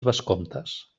vescomtes